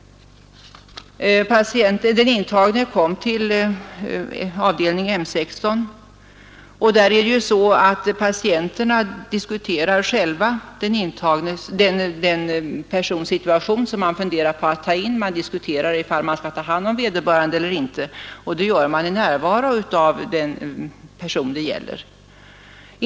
Den intagne kom till avdelning M 16, och där är det så att patienterna själva diskuterar den persons situation som önskar bli intagen. Man diskuterar om man skall ta hand om vederbörande eller inte, och man gör det i närvaro av den person det gäller.